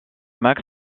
max